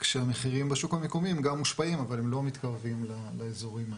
כשהמחירים בשוק המקומי גם מושפעים אבל לא מתקרבים לאזורים האלה.